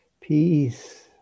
peace